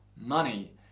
money